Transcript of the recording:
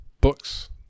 books